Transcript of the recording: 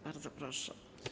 Bardzo proszę.